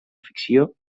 ficció